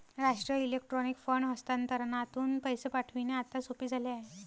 राष्ट्रीय electronic fund हस्तांतरणातून पैसे पाठविणे आता सोपे झाले आहे